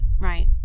right